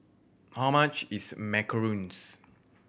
how much is macarons